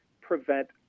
prevent